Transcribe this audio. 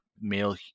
male